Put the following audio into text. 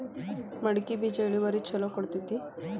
ಮಡಕಿ ಬೇಜ ಇಳುವರಿ ಛಲೋ ಕೊಡ್ತೆತಿ?